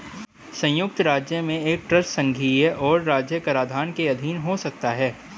संयुक्त राज्य में एक ट्रस्ट संघीय और राज्य कराधान के अधीन हो सकता है